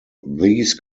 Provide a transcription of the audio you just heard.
these